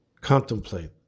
Contemplate